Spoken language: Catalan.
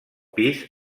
pis